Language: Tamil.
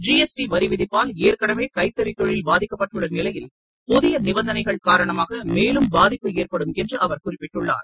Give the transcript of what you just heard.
ஜிஎஸ்டி வரிவிதிப்பால் ஏற்கனவே கைத்தறித்தொழில் பாதிக்கப்பட்டுள்ள நிலையில் புதிய நிபந்தனைகள் காரணமாக மேலும் பாதிப்பு ஏற்படும் என்று அவர் குறிப்பிட்டுள்ளார்